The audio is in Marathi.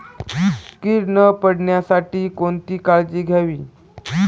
कीड न पडण्यासाठी कोणती काळजी घ्यावी?